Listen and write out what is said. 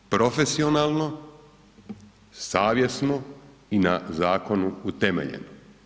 Profesionalno, savjesno i na zakonu utemeljeno.